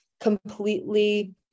completely